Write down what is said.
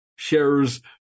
Shares